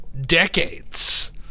decades